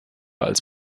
als